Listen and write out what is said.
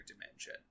dimension